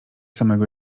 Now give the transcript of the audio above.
samego